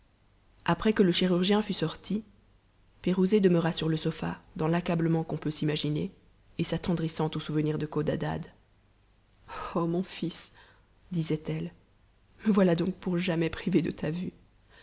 après que le chirurgien fut sorti pirouzé demeura sur le sofa dans l'accablement qu'on peut s'imaginer et s'attendrissant au souvenir de codadad mon fils disait-elle me voilà donc pour jamais privée de ta vue